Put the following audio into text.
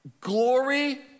glory